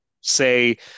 say